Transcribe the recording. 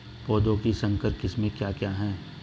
पौधों की संकर किस्में क्या क्या हैं?